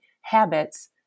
habits